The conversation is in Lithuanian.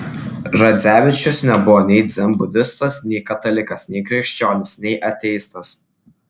radzevičius nebuvo nei dzenbudistas nei katalikas nei krikščionis nei ateistas